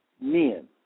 men